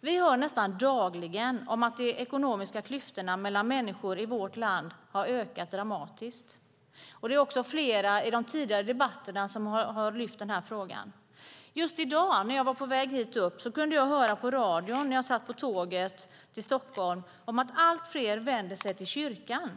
Vi hör nästan dagligen att de ekonomiska klyftorna mellan människor i vårt land dramatiskt ökat. Flera talare i tidigare debatter har lyft fram den här frågan. Just i dag när jag satt på tåget på väg upp till Stockholm kunde jag höra på radion att allt fler vänder sig till kyrkan